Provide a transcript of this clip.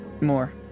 more